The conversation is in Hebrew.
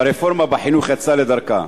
והרפורמה בחינוך יצאה לדרכה.